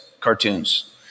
cartoons